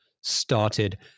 started